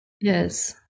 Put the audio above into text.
Yes